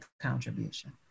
contribution